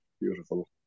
beautiful